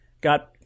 got